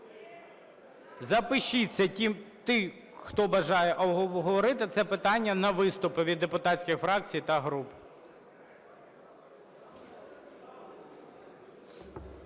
Запишіться ті, хто бажає обговорити це питання, на виступи від депутатських фракцій та груп.